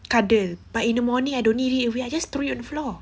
cuddle but in the morning I don't need it wei I just throw it on the floor